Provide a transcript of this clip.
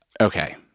Okay